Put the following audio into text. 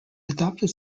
adopted